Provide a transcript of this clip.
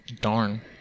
Darn